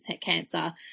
cancer